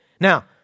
Now